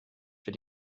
für